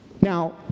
Now